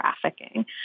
trafficking